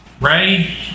Ray